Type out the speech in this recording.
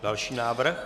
Další návrh?